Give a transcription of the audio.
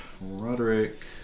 Roderick